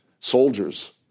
Soldiers